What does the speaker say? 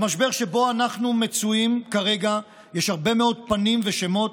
למשבר שבו אנחנו מצויים כרגע יש הרבה מאוד פנים ושמות.